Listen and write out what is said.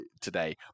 today